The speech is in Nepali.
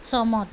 सहमत